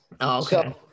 Okay